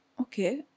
okay